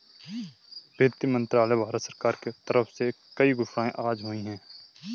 वित्त मंत्रालय, भारत सरकार के तरफ से कई घोषणाएँ आज हुई है